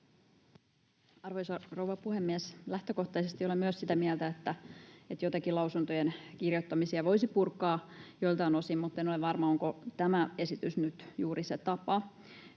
Arvoisa rouva puhemies! Lähtökohtaisesti olen myös sitä mieltä, että joitakin lausuntojen kirjoittamisia voisi purkaa joiltain osin, mutta en ole varma, onko tämä esitys nyt juuri se tapa.